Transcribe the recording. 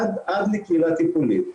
עד לקהילה הטיפולית.